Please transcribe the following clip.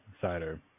cider